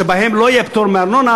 שבהם לא יהיה פטור מארנונה,